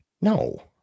no